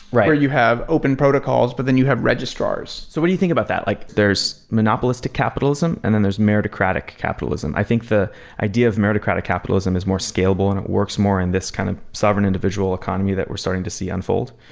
you have open protocols but then you have registrars. what do you think about that? like there's monopolistic capitalism and then there's meritocratic capitalism. i think the idea of meritocratic capitalism is more scalable and it works more in this kind of sovereign individual economy that we're starting to see unfold.